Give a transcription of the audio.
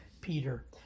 Peter